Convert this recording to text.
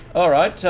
all right, so